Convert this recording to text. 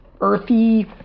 earthy